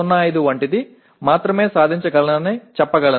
05 போன்ற எனது தற்போதைய நிரலால் மட்டுமே அடைய முடியும் என்று நான் கூறலாம்